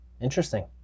Interesting